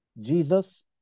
Jesus